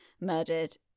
murdered